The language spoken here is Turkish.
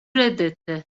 reddetti